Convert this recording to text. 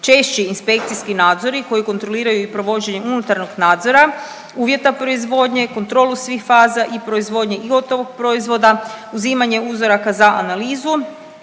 češći inspekcijski nadzori koji kontroliraju i provođenje unutarnjeg nadzora, uvjeta proizvodnje, kontrolu svih faza i proizvodnje i gotovog proizvoda, uzimanje uzoraka za analizu,